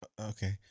Okay